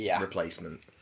replacement